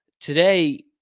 today